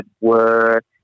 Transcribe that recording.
work